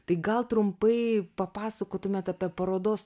tai gal trumpai papasakotumėt apie parodos